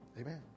Amen